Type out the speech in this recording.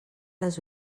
les